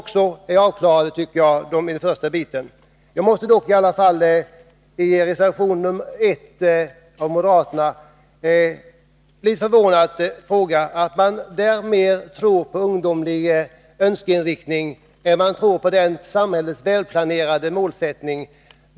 Här är, enligt min mening, den första biten avklarad. När det gäller den moderata reservationen 1 förvånar jag mig över att moderaterna mera tror på ungdomarnas önskningar än på samhällets välplanerade målsättning.